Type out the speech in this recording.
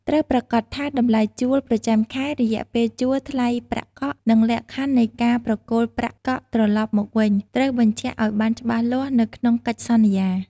ត្រូវប្រាកដថាតម្លៃជួលប្រចាំខែ រយៈពេលជួល ថ្លៃប្រាក់កក់ និងលក្ខខណ្ឌនៃការប្រគល់ប្រាក់កក់ត្រឡប់មកវិញ ត្រូវបញ្ជាក់ឲ្យបានច្បាស់លាស់នៅក្នុងកិច្ចសន្យា។